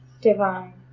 divine